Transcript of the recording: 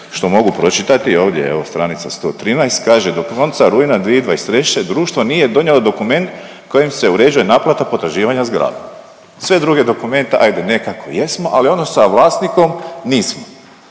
što mogu pročitati ovdje evo stranica 113, kaže do konca rujna 2023., društvo nije donijelo dokument kojim se uređuje naplata potraživanja s gradom. Sve druge dokumente ajde nekako jesmo ali ono sa vlasnikom nismo.